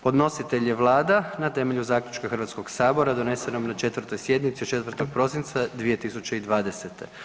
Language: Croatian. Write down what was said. Podnositelj je Vlada na temelju zaključka Hrvatskog sabora donesenom na 4. sjednici 4. prosinca 2020.